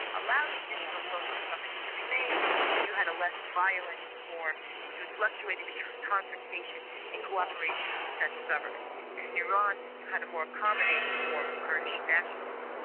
allowed traditional social structures to remain and you had a less violent form which was fluctuated between confrontation and co-operation with the central government. and in iran you had a more accommodating form of kurdish nationalism,